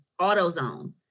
AutoZone